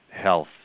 health